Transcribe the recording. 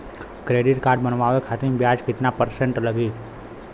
Credit card बनवाने खातिर ब्याज कितना परसेंट लगी?